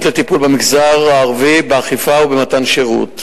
לטיפול במגזר הערבי באכיפה ובמתן שירות,